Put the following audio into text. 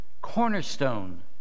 cornerstone